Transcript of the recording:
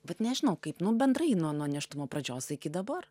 vat nežinau kaip bendrai nuo nuo nėštumo pradžios iki dabar